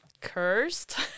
cursed